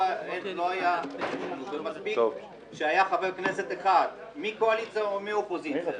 מספיק שהיה חבר כנסת אחד מהקואליציה או מהאופוזיציה